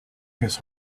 his